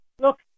Look